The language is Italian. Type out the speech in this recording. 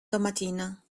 domattina